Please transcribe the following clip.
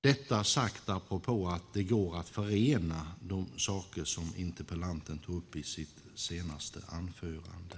Detta är sagt apropå att det går att förena de saker som interpellanten tog upp i sitt anförande.